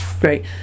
Great